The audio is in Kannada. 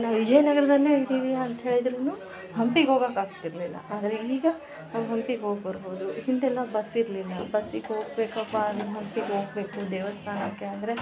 ನಾವು ವಿಜಯನಗರದಲ್ಲೆ ಇದೀವಿ ಅಂತ ಹೇಳಿದ್ರು ಹಂಪಿಗೊಗೋಕ್ ಆಗ್ತಿರಲಿಲ್ಲ ಆದ್ರೆ ಈಗ ನಾವು ಹಂಪಿಗೆ ಹೋಗಿ ಬರ್ಬೋದು ಹಿಂದೆಲ್ಲ ಬಸ್ಸಿರಲಿಲ್ಲ ಬಸ್ಸಿಗೆ ಹೋಗ್ಬೇಕಪ್ಪ ಹಂಪಿಗೆ ಹೋಗ್ಬೇಕು ದೇವಸ್ಥಾನಕ್ಕೆ ಅಂದರೆ